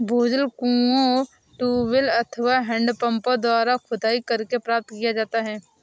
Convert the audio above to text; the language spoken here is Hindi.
भूजल कुओं, ट्यूबवैल अथवा हैंडपम्पों द्वारा खुदाई करके प्राप्त किया जाता है